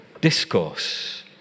discourse